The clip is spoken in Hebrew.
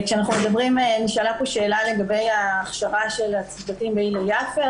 נשאלה כאן שאלה לגבי הכשרת הצוותים בהלל יפה,